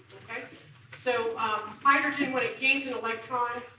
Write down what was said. so hydrogen, when it gains an electron,